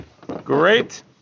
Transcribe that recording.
great